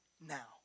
now